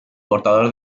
portador